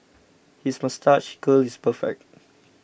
his moustache curl is perfect